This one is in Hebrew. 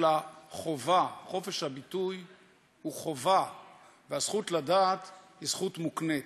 אלא חובה: חופש הביטוי הוא חובה והזכות לדעת היא זכות מוקנית.